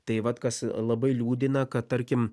tai vat kas labai liūdina kad tarkim